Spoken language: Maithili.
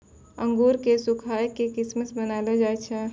अंगूरो क सुखाय क किशमिश बनैलो जाय छै